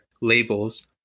labels